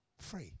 free